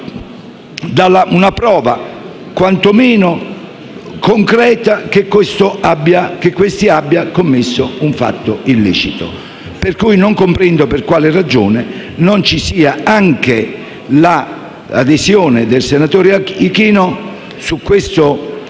da una prova quantomeno concreta che questi abbia commesso un fatto illecito. Non comprendo quindi per quale ragione non vi sia anche l'adesione del senatore Ichino su questo